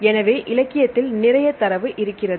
எனவே இலக்கியத்தில் நிறைய தரவு இருக்கிறது